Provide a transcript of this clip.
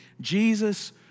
Jesus